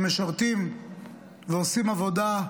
שמשרתים ועושים עבודה,